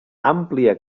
àmplia